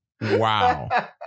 Wow